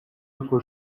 autre